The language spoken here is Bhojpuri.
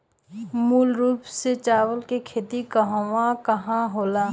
मूल रूप से चावल के खेती कहवा कहा होला?